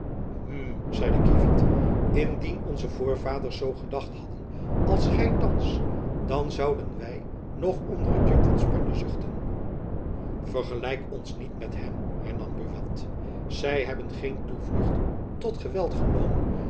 hm zeide kievit indien onze voorvaders zoo gedacht hadden als gy thands dan zouden wy nog onder het juk van spanje zuchten vergelijk ons niet met hen hernam buat zy hebben geen toevlucht tot geweld genomen